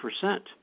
percent